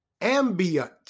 ambient